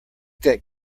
that